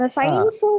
science